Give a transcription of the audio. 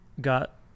got